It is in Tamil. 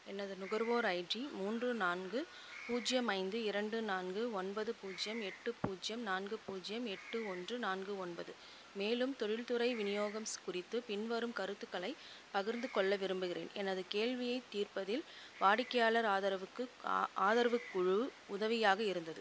எனது நுகர்வோர் ஐடி மூன்று நான்கு பூஜ்யம் ஐந்து இரண்டு நான்கு ஒன்பது பூஜ்யம் எட்டு பூஜ்யம் நான்கு பூஜ்யம் எட்டு ஒன்று நான்கு ஒன்பது மேலும் தொழில்துறை விநியோகம் ஸ் குறித்து பின்வரும் கருத்துக்களைப் பகிர்ந்துக்கொள்ள விரும்புகிறேன் எனது கேள்வியைத் தீர்ப்பதில் வாடிக்கையாளர் ஆதரவுக்கு ஆதரவுக் குழு உதவியாக இருந்தது